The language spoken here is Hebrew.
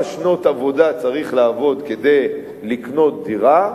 שנות עבודה צריך לעבוד כדי לקנות דירה.